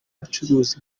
ubucuruzi